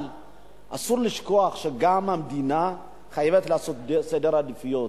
אבל אסור לשכוח שהמדינה גם חייבת לעשות סדר עדיפויות,